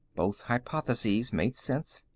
both hypotheses made sense.